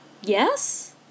Yes